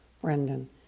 Brendan